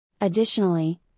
Additionally